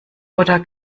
oder